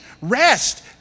rest